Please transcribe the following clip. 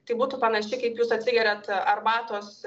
tai būtų panašiai kaip jūs atsigeriat arbatos